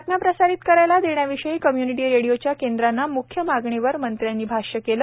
बातम्या प्रसारित करायला देण्याविषयीच्या कम्य्निटी रेडिओच्या केंद्रांच्या मुख्य मागणीवर मंत्र्यांनी भाष्य केले